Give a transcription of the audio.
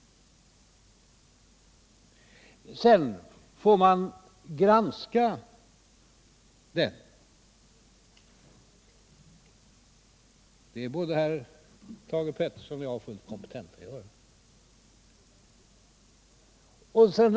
Sedan får man granska denna promemoria, och det är både herr Thage Peterson och jag fullt kompetenta att göra.